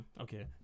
okay